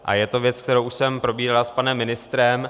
A je to věc, kterou už jsem probíral s panem ministrem.